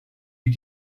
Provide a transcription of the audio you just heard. dwi